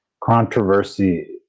controversy